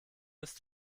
ist